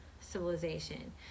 civilization